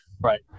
Right